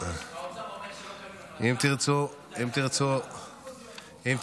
בכל חודש האוצר אומר שלא מקבלים החלטה על 3.1 מיליארד שקלים.